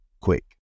quick